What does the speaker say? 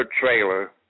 trailer